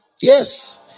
Yes